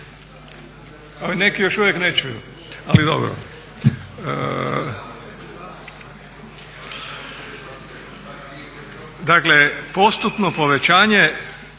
Neki još uvijek ne čuju, ali dobro. Dakle postupno povećanje